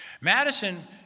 Madison